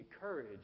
courage